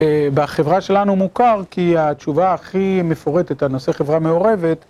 בחברה שלנו מוכר, כי התשובה הכי מפורטת על נושא חברה מעורבת..